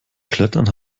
klettern